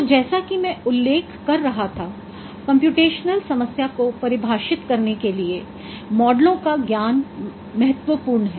तो जैसा कि मैं उल्लेख कर रहा था कि कम्प्यूटेशनल समस्या को परिभाषित करने के लिए मॉडलों का ज्ञान महत्वपूर्ण है